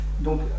Donc